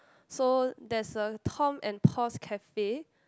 so there's a Tom and Paul's Cafe